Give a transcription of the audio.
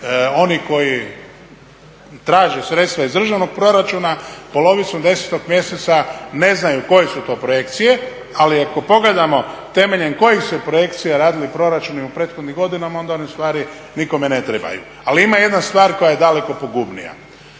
oni koji traže sredstva iz državnog proračuna polovicom 10. mjeseca ne znaju koje su to projekcije. Ali ako pogledamo temeljem kojih su se projekcija radili proračuni u prethodnim godinama onda oni ustvari nikome ne trebaju. Ali ima jedna stvar koja je daleko pogubnija.